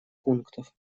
пунктов